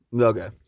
Okay